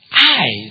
eyes